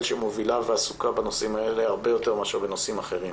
שמובילה ועסוקה בנושאים האלה הרבה יותר מאשר בנושאים אחרים,